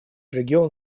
регион